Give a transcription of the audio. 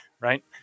right